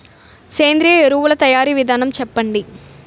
సేంద్రీయ ఎరువుల తయారీ విధానం చెప్పండి?